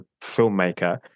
filmmaker